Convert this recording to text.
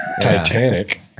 Titanic